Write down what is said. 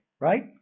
Right